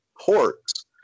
ports